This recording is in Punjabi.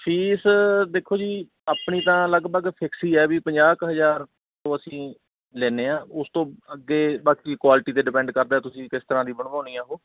ਫੀਸ ਦੇਖੋ ਜੀ ਆਪਣੀ ਤਾਂ ਲਗਭਗ ਫਿਕਸ ਹੀ ਹੈ ਵੀ ਪੰਜਾਹ ਕੁ ਹਜ਼ਾਰ ਤੋਂ ਅਸੀਂ ਲੈਂਦੇ ਹਾਂ ਉਸ ਤੋਂ ਅੱਗੇ ਬਾਕੀ ਕੁਆਲਿਟੀ 'ਤੇ ਡਿਪੈਂਡ ਕਰਦਾ ਤੁਸੀਂ ਕਿਸ ਤਰ੍ਹਾਂ ਦੀ ਬਣਵਾਉਣੀ ਆ ਉਹ